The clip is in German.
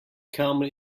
kamen